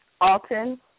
Alton